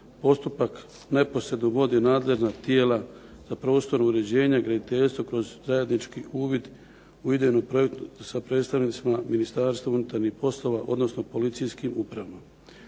postupak neposredno vode nadležna tijela za prostorno uređenje, graditeljstvo kroz zajednički uvid u idejnu projektnu sa predstavnicima Ministarstva unutarnjih poslova, odnosno policijskim upravama.